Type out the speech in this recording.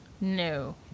No